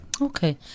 Okay